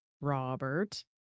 Robert